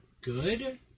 good